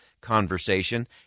conversation